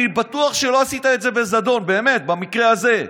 אני בטוח שלא עשית את זה בזדון, באמת, במקרה הזה.